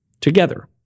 together